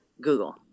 Google